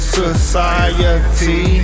society